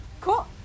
Cool